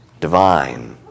Divine